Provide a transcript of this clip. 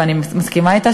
ואני מסכימה אתה,